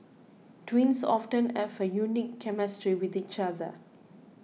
twins often have a unique chemistry with each other